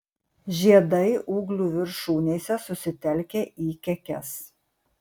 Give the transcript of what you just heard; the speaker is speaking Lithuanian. žiedai ūglių viršūnėse susitelkę į kekes